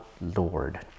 Lord